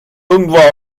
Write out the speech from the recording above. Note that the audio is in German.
irgendwo